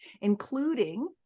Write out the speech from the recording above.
including